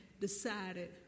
decided